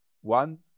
One